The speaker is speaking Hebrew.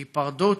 היפרדות,